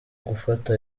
gufata